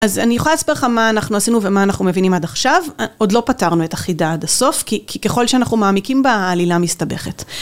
אז אני יכולה לספר לך מה אנחנו עשינו ומה אנחנו מבינים עד עכשיו, עוד לא פתרנו את החידה עד הסוף, כי ככל שאנחנו מעמיקים בה, העלילה מסתבכת.